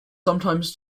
sometimes